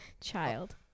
Child